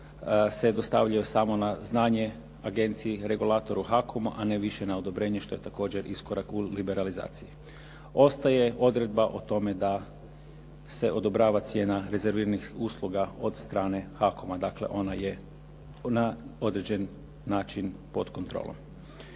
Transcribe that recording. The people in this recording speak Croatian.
se dostavljaju samo na znanje agenciji regulatoru …/Govornik se ne razumije./…, a ne više na odobrenje što je također iskorak u liberalizaciji. Ostaje odredba o tome da se odobrava cijena rezerviranih usluga od strane HAKOM-a, dakle ono je na određen način pod kontrolom.